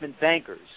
bankers